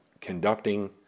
conducting